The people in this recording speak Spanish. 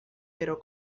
pero